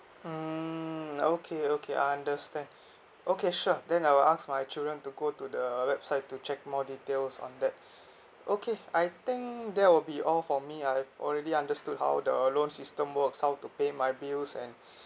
mmhmm okay okay I understand okay sure then I'll ask my children to go to the website to check more details on that okay I think that will be all for me I've already understood how the loan system works how to pay my bills and